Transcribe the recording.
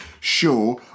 sure